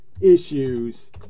issues